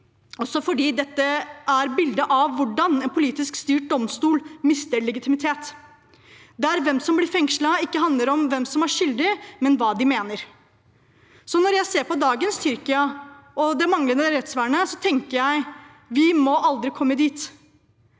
også fordi dette er bildet av hvordan en politisk styrt domstol mister legitimitet, der hvem som blir fengslet, ikke handler om hvem som er skyldig, men om hva de mener. Når jeg ser på dagens Tyrkia og det manglende rettsvernet, tenker jeg: Vi må aldri komme dit.